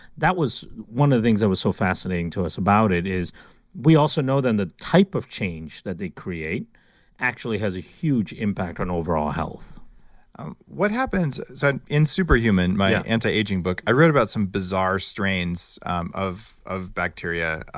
that was one of the things that was so fascinating to us about it is we also know then the type of change that they create actually has a huge impact on overall health so in super human my anti-aging book, i read about some bizarre strains of of bacteria,